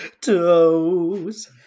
toes